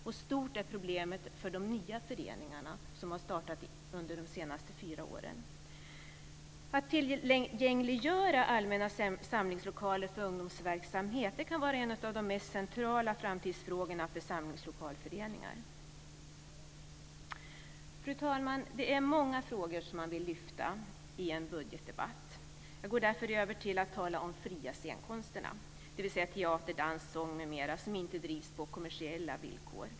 Problemet är stort för de föreningar som har startat under de senaste fyra åren. Att tillgängliggöra allmänna samlingslokaler för ungdomsverksamhet kan vara en av de mest centrala framtidsfrågorna för samlingslokalsföreningar. Fru talman! Det är många frågor som man vill lyfta fram i en budgetdebatt. Jag går därför över till att tala om de fria scenkonsterna, dvs. teater, dans, sång m.m., som inte utövas på kommersiella villkor.